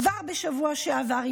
כבר בשבוע שעבר,